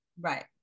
Right